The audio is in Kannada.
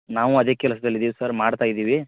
ನಾವು ಅದೆ ಕೆಲ್ಸದಲ್ಲಿ ಇದ್ದೀವಿ ಸರ್ ಮಾಡ್ತಯಿದ್ದೀವಿ